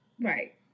right